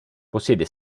possiede